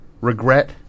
regret